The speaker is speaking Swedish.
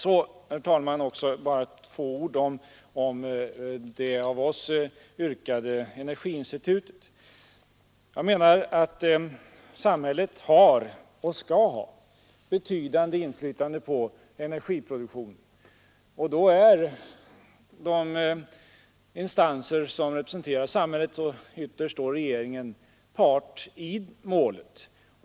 Så, herr talman, bara några ord om det av oss yrkade energiinstitutet. Jag menar att samhället har och skall ha betydande inflytande över energiproduktionen, och då är de instanser som representerar samhället, och ytterst då regeringen, part i målet.